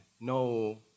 no